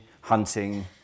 hunting